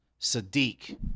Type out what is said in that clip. Sadiq